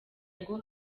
ngo